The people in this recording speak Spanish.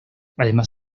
además